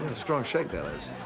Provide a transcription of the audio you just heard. strong shake there, les.